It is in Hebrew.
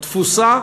תפוסה,